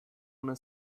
una